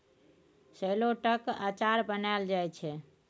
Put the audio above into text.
शेलौटक अचार बनाएल जाइ छै